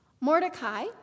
Mordecai